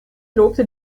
lobte